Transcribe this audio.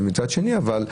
ומצד שני אבל,